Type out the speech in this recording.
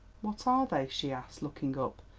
what are they? she asked, looking up,